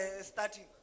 starting